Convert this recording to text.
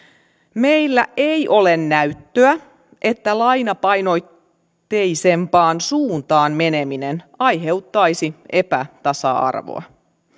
meillä ei ole näyttöä siitä että lainapainotteisempaan suuntaan meneminen aiheuttaisi epätasa arvoa